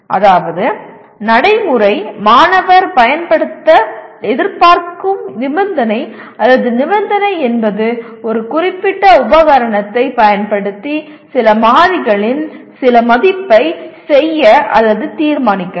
அதாவதுநடைமுறை மாணவர் பயன்படுத்த எதிர்பார்க்கும் நிபந்தனை அல்லது நிபந்தனை என்பது ஒரு குறிப்பிட்ட உபகரணத்தைப் பயன்படுத்தி சில மாறிகளின் சில மதிப்பை செய்ய அல்லது தீர்மானிக்கலாம்